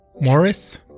Morris